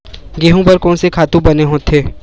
गेहूं बर कोन से खातु बने होथे?